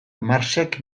marxek